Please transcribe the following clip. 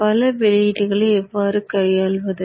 பல வெளியீடுகளை எவ்வாறு கையாள்வது